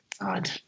God